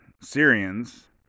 Syrians